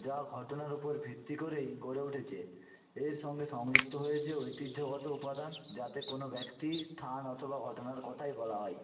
যা ঘটনার উপর ভিত্তি করেই গড়ে উঠেছে এর সঙ্গে সংযুক্ত হয়েছে ঐতিহ্য়গত উপাদান যাতে কোনো ব্যক্তি স্থান অথবা ঘটনার কথাই বলা হয়